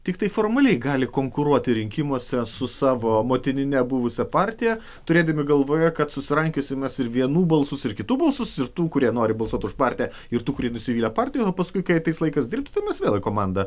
tiktai formaliai gali konkuruoti rinkimuose su savo motinine buvusia partija turėdami galvoje kad susirankiosim mes ir vienų balsus ir kitų balsus ir tų kurie nori balsuoti už partiją ir tų kurie nusivylę partijom o paskui kai ateis laikas dirbt tai mes vėl į komandą